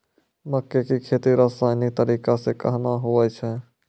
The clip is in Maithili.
मक्के की खेती रसायनिक तरीका से कहना हुआ छ?